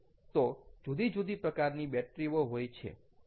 તો જુદી જુદી પ્રકારની બેટરી ઓ હોય છે